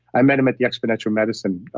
i met him at the exponential medicinedave